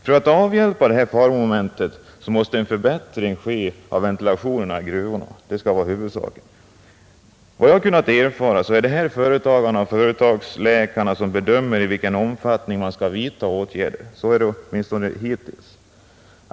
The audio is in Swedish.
För att undanröja det här faromomentet måste en förbättring ske av ventilationen i gruvorna. Enligt vad jag kunnat erfara är det här företagarna och företagsläkarna som bedömer i vilken omfattning man skall vidta åtgärder — så har det åtminstone varit hittills.